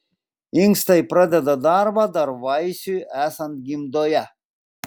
inkstai pradeda darbą dar vaisiui esant gimdoje